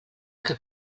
que